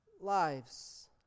lives